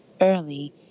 Early